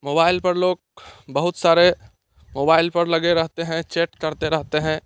mobile पर लोग बहुत सारे मोबाइल पर लगे रहते हैं चैट करते रहते हैं